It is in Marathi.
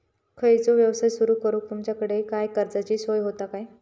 खयचो यवसाय सुरू करूक तुमच्याकडे काय कर्जाची सोय होता काय?